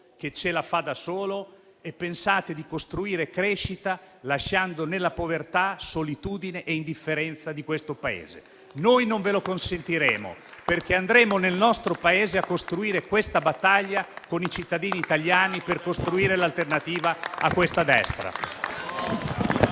che ce la fa da solo e pensate di costruire crescita lasciando gli altri nella povertà, solitudine e indifferenza di questo Paese. Noi non ve lo consentiremo, perché andremo nel nostro Paese a costruire questa battaglia con i cittadini italiani, per costruire l'alternativa a questa destra.